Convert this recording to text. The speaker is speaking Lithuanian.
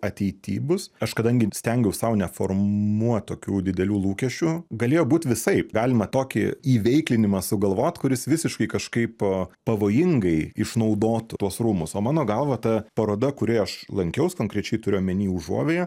ateity bus aš kadangi stengiausi sau neformuot tokių didelių lūkesčių galėjo būt visaip galima tokį įveiklinimą sugalvot kuris visiškai kažkaip pavojingai išnaudotų tuos rūmus o mano galva ta paroda kurioje aš lankiaus konkrečiai turiu omeny užuovėją